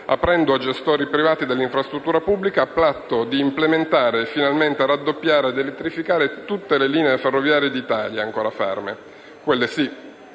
aprendo a gestori privati l'infrastruttura pubblica a patto di implementare e finalmente raddoppiare e elettrificare tutte le linee ferroviarie d'Italia ancora ferme, quelle sì